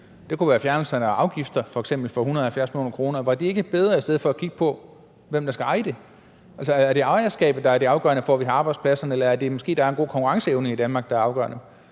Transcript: Det kunne f.eks. være en fjernelse af afgifter for 170 mio. kr. Var det ikke bedre i stedet for at kigge på, hvem der skal eje det? Altså, er det ejerskabet, der er det afgørende for, at vi har arbejdspladserne, eller er det måske det, at der er en god konkurrenceevne i Danmark, der er afgørende?